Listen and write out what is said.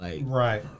Right